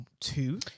two